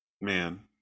man